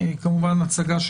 זה היה מוסדר בהוראת